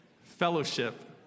fellowship